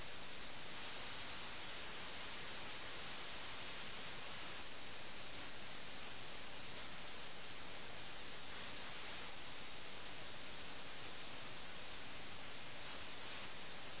പ്രേംചന്ദ് ആ സമയത്ത് സമൂഹത്തിൽ പ്രബലമായ ആഡംബരങ്ങൾക്ക് ഊന്നൽ നൽകാനുള്ള ശ്രമത്തിലാണ് സമൂഹത്തിലെ ആളുകളുടെ ആഡംബര പ്രവർത്തനങ്ങൾക്കെതിരെ അദ്ദേഹം കുറ്റപ്പെടുത്തി കൊണ്ട് വിരൽ ചൂണ്ടുന്നു ഈ ഒരു സമൂഹത്തിന്റെ തന്നെ പതനത്തിനു പിന്നിലെ കാരണം അതാണ് എന്നും അദ്ദേഹം അഭിപ്രായപ്പെടുന്നു